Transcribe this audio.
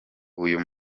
uyu